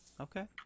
Okay